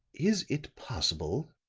is it possible,